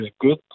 good